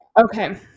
Okay